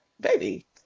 baby